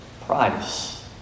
Price